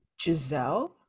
Giselle